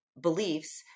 beliefs